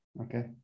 okay